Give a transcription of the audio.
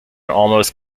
almost